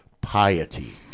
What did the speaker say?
piety